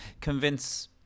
convince